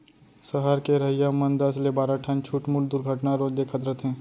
सहर के रहइया मन दस ले बारा ठन छुटमुट दुरघटना रोज देखत रथें